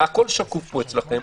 הכול שקוף פה אצלכם,